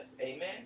Amen